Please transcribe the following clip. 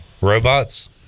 robots